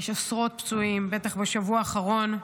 יש עשרות פצועים, בטח בשבוע האחרון.